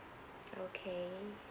okay